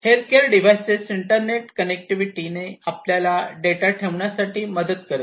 healthcare devices internet connectivity आपल्याला data ठेवण्यासाठी मदत करेल